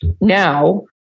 now